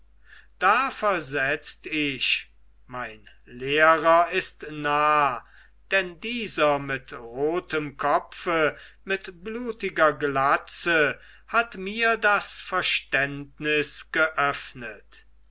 da versetzt ich mein lehrer ist nah denn dieser mit rotem kopfe mit blutiger glatze hat mir das verständnis geöffnet